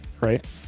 right